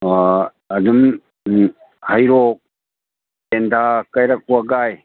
ꯑꯗꯨꯝ ꯍꯩꯔꯣꯛ ꯇꯦꯟꯊꯥ ꯀꯩꯔꯛ ꯋꯥꯕꯒꯥꯏ